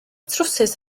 trywsus